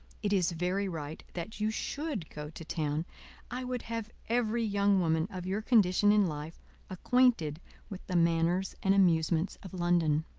it is very right that you should go to town i would have every young woman of your condition in life acquainted with the manners and amusements of london.